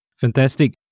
Fantastic